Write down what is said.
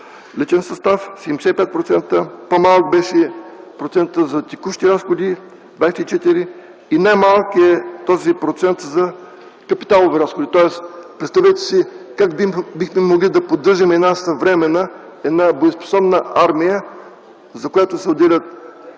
личен състав – 75%, по-малък беше процентът за текущи разходи – 24%, и най-малък е процентът за капиталови разходи. Представете си, как бихме могли да поддържаме една съвременна, една боеспособна армия, за която се отделят